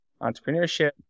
entrepreneurship